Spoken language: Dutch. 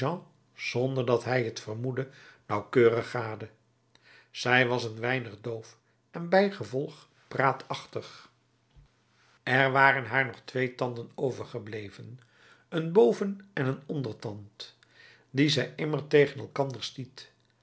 zonder dat hij t vermoedde nauwkeurig gade zij was een weinig doof en bijgevolg praatachtig er waren haar nog twee tanden overgebleven een bovenen een ondertand die zij immer tegen elkander stiet